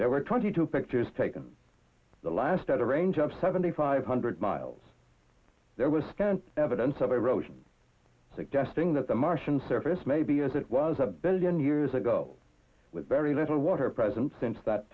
there were twenty two pictures taken the last at a range of seventy five hundred miles there was scant evidence of erosion suggesting that the martian surface may be as it was a billion years ago with very little water present since that